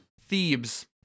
Thebes